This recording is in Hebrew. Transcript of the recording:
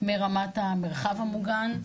מרמת המרחב המוגן.